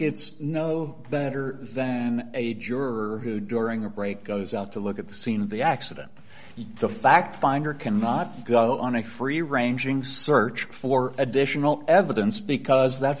it's no better than a juror who during a break goes out to look at the scene of the accident the fact finder cannot go on a free ranging search for additional evidence because that